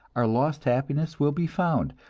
our lost happiness will be found,